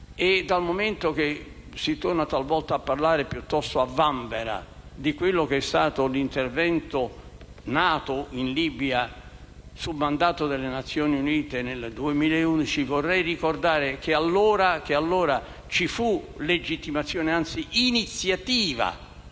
Dal momento che si torna talvolta a parlare piuttosto a vanvera dell'intervento NATO in Libia su mandato delle Nazioni Unite nel 2011, vorrei ricordare che allora ci fu legittimazione o, anzi, iniziativa